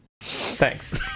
Thanks